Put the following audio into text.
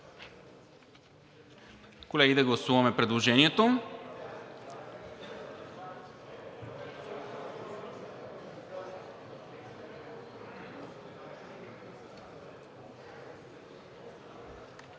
Колеги, да гласуваме предложението.